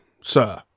sir